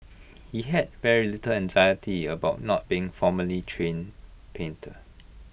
he had very little anxiety about not being formally trained painter